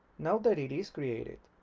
now that it is created,